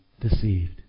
deceived